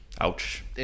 Ouch